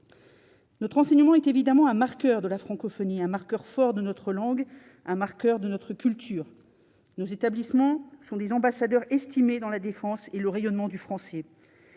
Notre enseignement est évidemment un marqueur de la francophonie, un marqueur fort de notre langue, un marqueur de notre culture, nos établissements sont des ambassadeurs estimé dans la défense et le rayonnement du français,